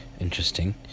Interesting